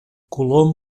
colom